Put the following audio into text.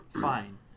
Fine